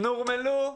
"נורמלו".